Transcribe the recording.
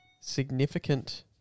significant